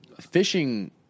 fishing